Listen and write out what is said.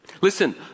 Listen